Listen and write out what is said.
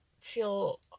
feel